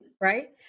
Right